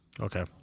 Okay